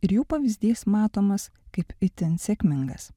ir jų pavyzdys matomas kaip itin sėkmingas